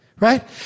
Right